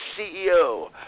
CEO